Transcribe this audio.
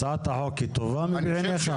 הצעת החוק היא טובה בעיניך?